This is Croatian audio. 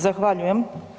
Zahvaljujem.